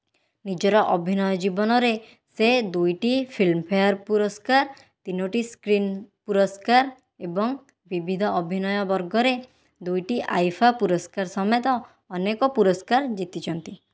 ନିଜର ଅଭିନୟ ଜୀବନରେ ସେ ଦୁଇଟି ଫିଲ୍ମଫେୟାର୍ ପୁରସ୍କାର୍ ତିନୋଟି ସ୍କ୍ରିନ୍ ପୁରସ୍କାର୍ ଏବଂ ବିବିଧ ଅଭିନୟ ବର୍ଗରେ ଦୁଇଟି ଆଇଫା ପୁରସ୍କାର୍ ସମେତ ଅନେକ ପୁରସ୍କାର୍ ଜିତିଛନ୍ତି